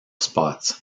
spots